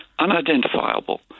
unidentifiable